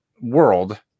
world